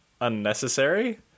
unnecessary